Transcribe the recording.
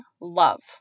love